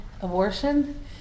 abortion